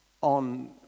on